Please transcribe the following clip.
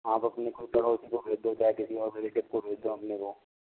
आप अपने रिलेटिव को भेज दो या किसी और रिलेटिव को भेज देते तो